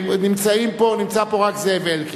נמצא פה רק זאב אלקין.